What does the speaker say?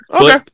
Okay